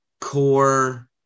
core